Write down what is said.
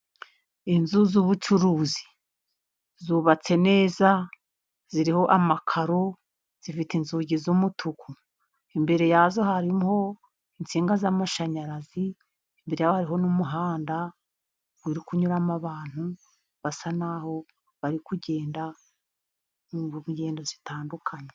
Inzu z'ubucuruzi zubatse neza, ziriho amakaro, zifite inzugi z'umutuku, imbere yazo harimo insinga z'amashanyarazi, imbere yaho hariho n'umuhanda uri kunyuramo abantu basa naho bari kugenda ingendo zitandukanye.